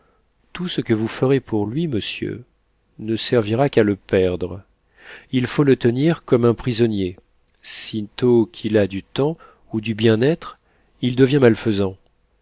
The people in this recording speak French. tout ce que vous ferez pour lui monsieur ne servira qu'à le perdre il faut le tenir comme un prisonnier sitôt qu'il a du temps ou du bien-être il devient malfaisant